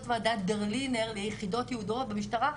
ועדת ברלינר ליחידות ייעודיות במשטרה,